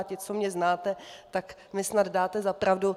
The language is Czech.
Vy, co mě znáte, tak mi snad dáte za pravdu.